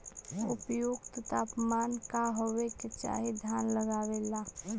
उपयुक्त तापमान का होबे के चाही धान लगावे ला?